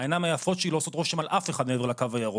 העיניים היפות שלי לא עושות רושם על אף אחד מעבר לקו הירוק,